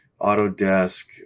Autodesk